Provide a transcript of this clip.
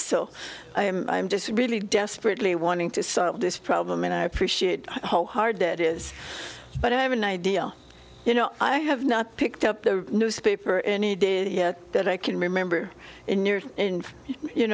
so i'm just really desperately wanting to solve this problem and i appreciate the whole hard that is but i have an idea you know i have not picked up the newspaper any day yet that i can remember in near you